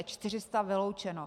Čtyři sta vyloučeno.